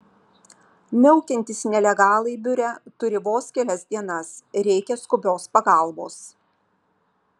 miaukiantys nelegalai biure turi vos kelias dienas reikia skubios pagalbos